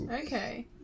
Okay